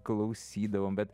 klausydavom bet